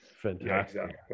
Fantastic